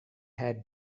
had